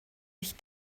sich